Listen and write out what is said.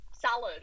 salad